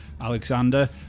Alexander